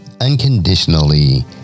unconditionally